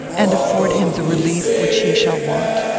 and afford him the relief which he shall want.